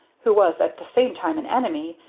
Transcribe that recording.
who was at the same time an enemy,